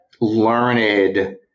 learned